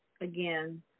again